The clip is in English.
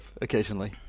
occasionally